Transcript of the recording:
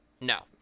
No